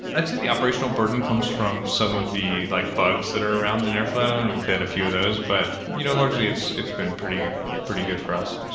i'd say the operational burden comes from some of the like bugs that are around in airflow and we've had a few of those, but you know largely it's it's been pretty pretty good for us